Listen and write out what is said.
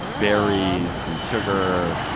berries, some sugar.